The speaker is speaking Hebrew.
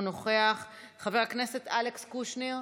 אינו נוכח, חבר הכנסת אלכס קושניר,